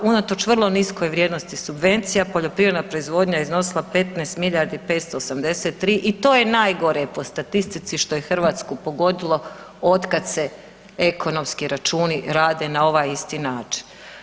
Unatoč vrlo niskoj vrijednosti subvencija poljoprivredna proizvodnja iznosila je 15 milijardi 583 i to je najgore po statistici što je Hrvatsku pogodilo od kad se ekonomski računi rade na ovaj siti način.